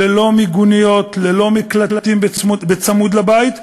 ללא מיגוניות, ללא מקלטים בצמוד לבית.